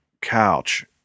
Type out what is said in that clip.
couch